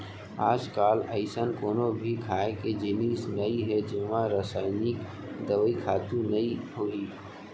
आजकाल अइसन कोनो भी खाए के जिनिस नइ हे जेमा रसइनिक दवई, खातू नइ होही